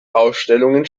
ausstellungen